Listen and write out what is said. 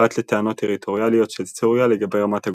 פרט לטענות טריטוריאליות של סוריה לגבי רמת הגולן,